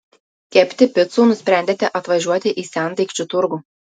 kepti picų nusprendėte atvažiuoti į sendaikčių turgų